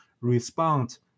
respond